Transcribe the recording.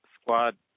squad